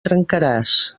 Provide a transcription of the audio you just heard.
trencaràs